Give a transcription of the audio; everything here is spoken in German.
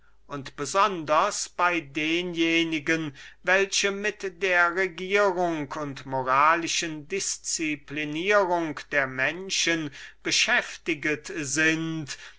und besonders bei denjenigen welche mit der regierung und moralischen disziplinierung der menschen beschäftiget sind